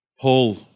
Paul